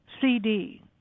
CD